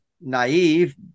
naive